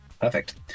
Perfect